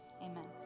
amen